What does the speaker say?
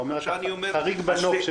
אתה אומר שאתה חריג בנוף.